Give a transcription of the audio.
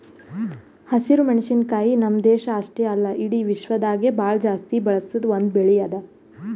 ಹಸಿರು ಮೆಣಸಿನಕಾಯಿ ನಮ್ಮ್ ದೇಶ ಅಷ್ಟೆ ಅಲ್ಲಾ ಇಡಿ ವಿಶ್ವದಾಗೆ ಭಾಳ ಜಾಸ್ತಿ ಬಳಸ ಒಂದ್ ಬೆಳಿ ಅದಾ